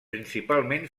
principalment